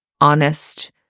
honest